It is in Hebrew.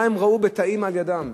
מה הם ראו בתאים לידם.